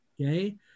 Okay